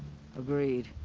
agreed.